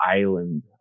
island